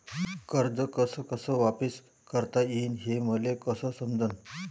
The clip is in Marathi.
कर्ज कस कस वापिस करता येईन, हे मले कस समजनं?